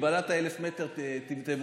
מגבלת ה-1,000 מטר תבוטל.